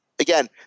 Again